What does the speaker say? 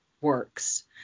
works